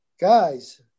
guys